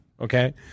Okay